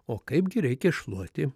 o kaipgi reikia šluoti